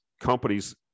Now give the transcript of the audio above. companies